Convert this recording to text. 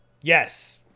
Yes